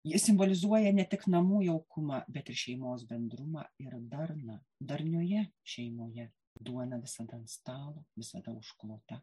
ji simbolizuoja ne tik namų jaukumą bet ir šeimos bendrumą ir darną darnioje šeimoje duon visada ant stalo visada užklota